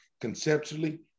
conceptually